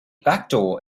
backdoor